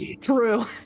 True